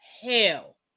hell